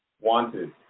Wanted